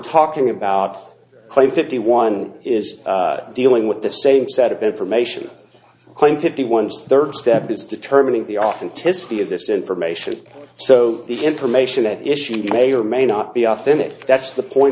talking about clay fifty one is dealing with the same set of information claim fifty one's third step is determining the authenticity of this information so the information at issue may or may not be authentic that's the point